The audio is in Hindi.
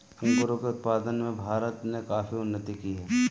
अंगूरों के उत्पादन में भारत ने काफी उन्नति की है